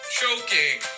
choking